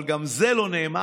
אבל גם זה לא נאמר.